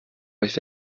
euch